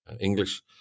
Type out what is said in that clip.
english